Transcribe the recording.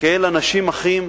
כאל אנשים אחים